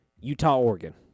Utah-Oregon